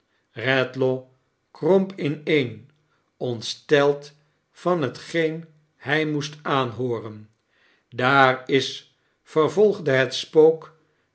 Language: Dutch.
kromp ineen oniteteld van hetgeen hij moest aanhooren daar is vervolgde het spook